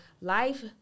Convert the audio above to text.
life